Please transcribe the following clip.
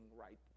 right